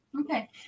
Okay